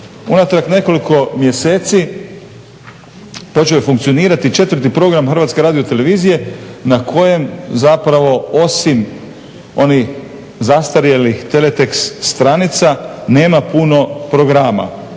unatrag nekoliko mjeseci počeo je funkcionirati 4. program HRT-a na kojem zapravo osim onih zastarjelih txt stranica nema puno programa.